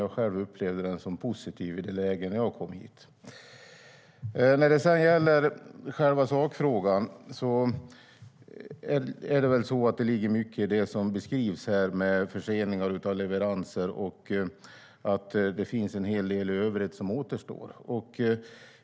Jag upplevde det själv som positivt när jag kom hit. När det gäller själva sakfrågan ligger det mycket i det som beskrivs om förseningar av leveranser och att en hel del i övrigt återstår.